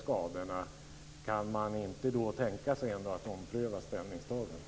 Kan man ändå inte tänka sig att ompröva ställningstagandet?